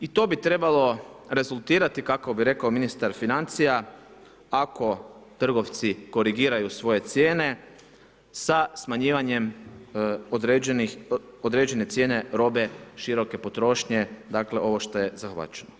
I to bi trebalo rezultirati, kako bi rekao ministar financija, ako trgovci korigiraju svoje cijene sa smanjivanjem određene cijene robe široke potrošnje, dakle ovo što je zahvaćeno.